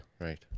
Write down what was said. right